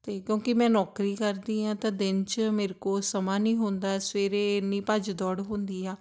ਅਤੇ ਕਿਉਂਕਿ ਮੈਂ ਨੌਕਰੀ ਕਰਦੀ ਹਾਂ ਤਾਂ ਦਿਨ 'ਚ ਮੇਰੇ ਕੋਲ ਸਮਾਂ ਨਹੀਂ ਹੁੰਦਾ ਸਵੇਰੇ ਇੰਨੀ ਭੱਜ ਦੌੜ ਹੁੰਦੀ ਆ